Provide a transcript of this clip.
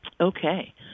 okay